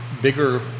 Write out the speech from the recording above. bigger